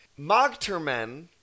Mogtermen